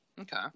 Okay